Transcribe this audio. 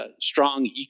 strong